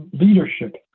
leadership